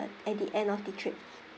at the end of the trip